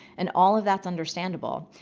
and all of that's understandable.